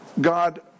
God